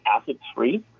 acid-free